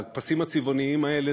הפסים הצבעוניים האלה,